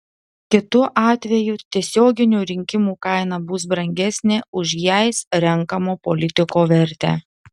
kitu atveju tiesioginių rinkimų kaina bus brangesnė už jais renkamo politiko vertę